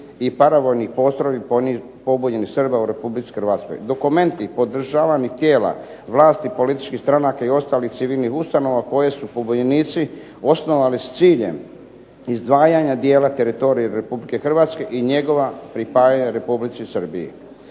i paravojnih postrojbi pobunjenih Srba u Republici Hrvatskoj. Dokumenti podržavanih tijela vlasti, političkih stranaka i ostalih civilnih ustanova koje su pobunjenici osnovali s ciljem izdvajanja dijela teritorija Republike Hrvatske i njegova pripajanja Republici Srbiji.